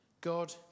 God